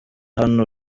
hano